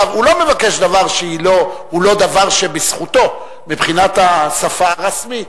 הוא לא מבקש דבר שהוא לא דבר שבזכותו מבחינת השפה הרשמית.